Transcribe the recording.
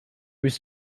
was